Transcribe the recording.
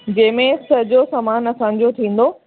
जंहिं में सॼो सामानु असांजो थींदो